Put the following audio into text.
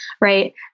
right